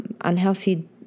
unhealthy